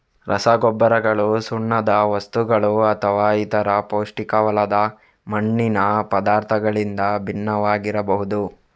ರಸಗೊಬ್ಬರಗಳು ಸುಣ್ಣದ ವಸ್ತುಗಳುಅಥವಾ ಇತರ ಪೌಷ್ಟಿಕವಲ್ಲದ ಮಣ್ಣಿನ ಪದಾರ್ಥಗಳಿಂದ ಭಿನ್ನವಾಗಿರಬಹುದು